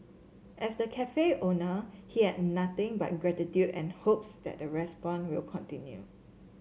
as the cafe owner he had nothing but gratitude and hopes that respond will continue